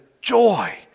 joy